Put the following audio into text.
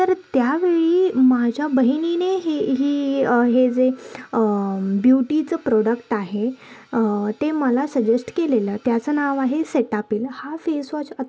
तर त्यावेळी माझ्या बहिणीने ही ही हे जे ब्युटीचं प्रोडक्ट आहे ते मला सजेस्ट केलेलं त्याचं नाव आहे सेटापिल हा फेसवॉश